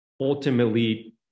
ultimately